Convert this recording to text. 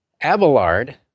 Abelard